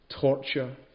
torture